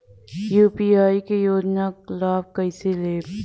UP क योजना क लाभ कइसे लेब?